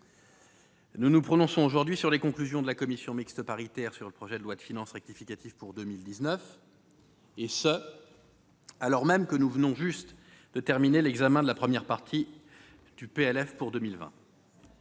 nous nous prononçons aujourd'hui sur les conclusions de la commission mixte paritaire sur le projet de loi de finances rectificative pour 2019, alors même que nous venons tout juste de terminer l'examen de la première partie du projet